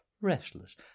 restless